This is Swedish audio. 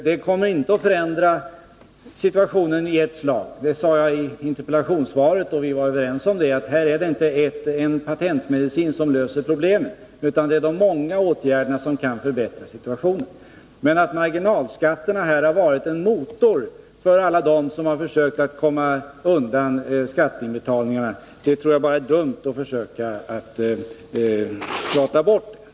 Det kommer inte att förändra situationen i ett slag — det sade jag i interpellationssvaret, och vi var överens om att detta inte är en patentmedicin som löser problemen, utan att det är många åtgärder som kan förbättra 11 situationen. Men att marginalskatterna har varit en motor för alla dem som har försökt att komma undan skatteinbetalningarna, det tror jag bara är dumt att försöka prata bort.